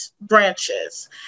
branches